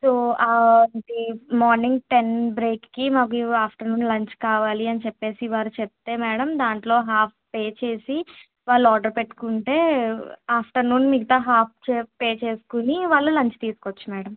so ఆ అంటే morning ten బ్రేక్కి మాకు ఆఫ్టర్నూన్ లంచ్ కావాలి అని చెప్పేసి వారు చెప్తే మేడం దాంట్లో హాఫ్ పే చేసి వాళ్ళు ఆర్డర్ పెట్టుకుంటే ఆఫ్టర్నూన్ మిగతా హాఫ్ పే చేసుకుని వాళ్ళు లంచ్ తీసుకోవచ్చు మేడం